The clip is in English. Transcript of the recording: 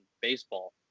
baseball